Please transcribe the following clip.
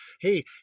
Hey